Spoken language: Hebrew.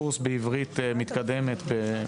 יש קורס בעברית מתקדמת,